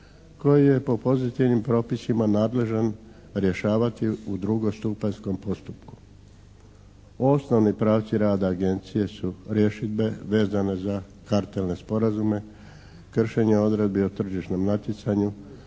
koji je po pozitivnim propisima nadležan rješavati u drugostupanjskom postupku. Osnovni pravci rada Agencije su rješidbe vezane za kartelne sporazume, kršenje odredbi o tržišnom natjecanju,